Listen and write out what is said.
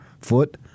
Foot